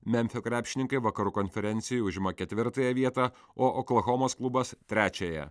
memfio krepšininkai vakarų konferencijoj užima ketvirtąją vietą o oklahomos klubas trečiąją